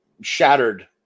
shattered